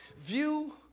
View